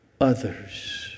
others